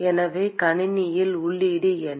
எனவே கணினியில் உள்ளீடு என்ன